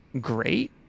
great